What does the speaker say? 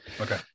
Okay